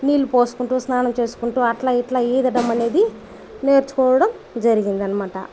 నీళ్ళు పోసుకుంటూ స్నానం చేసుకుంటూ అట్ల ఇట్లా ఈదడం అనేది నేర్చుకోవడం జరిగింది అనమాట